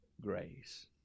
Grace